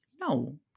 No